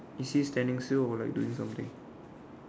is he standing still or like doing something